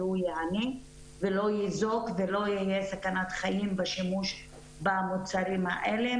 הוא ייהנה ולא יינזק ולא תהיה סכנת חיים בשימוש במוצרים האלה,